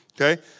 Okay